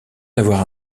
d’avoir